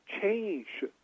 change